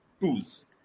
tools